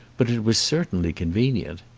but it was certainly con venient.